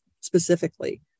specifically